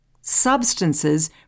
substances